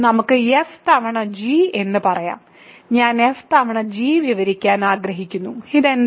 നമുക്ക് f തവണ g എന്ന് പറയാം ഞാൻ f തവണ g വിവരിക്കാൻ ആഗ്രഹിക്കുന്നു ഇത് എന്താണ്